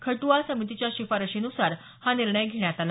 खट्आ समितीच्या शिफारशींनुसार हा निर्णय घेण्यात आला